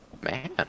Man